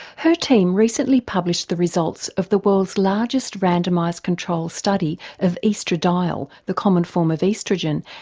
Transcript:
her team recently published the results of the world's largest randomised control study of oestradiol, the common form of oestrogen,